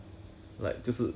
err oh